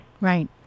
Right